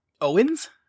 Owens